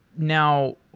now,